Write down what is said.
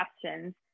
questions